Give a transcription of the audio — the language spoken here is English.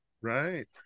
right